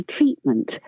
treatment